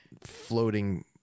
floating